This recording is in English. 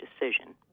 decision